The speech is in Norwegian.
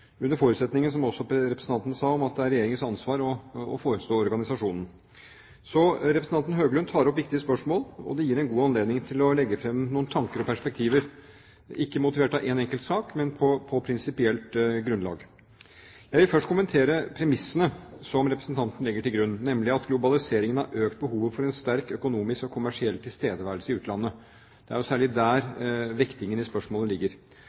under den forutsetning – som også representanten sa – at det er Regjeringens ansvar å forestå organisasjonen. Representanten Høglund tar opp viktige spørsmål, og det gir en god anledning til å legge fram noen tanker og perspektiver – ikke mot en enkelt sak, men på prinsipielt grunnlag. Jeg vil først kommentere premissene som representanten legger til grunn, nemlig at globaliseringen har økt behovet for en sterk økonomisk og kommersiell tilstedeværelse i utlandet. Det er jo særlig der vektingen i spørsmålet ligger.